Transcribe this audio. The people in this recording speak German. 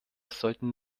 sollten